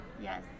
Yes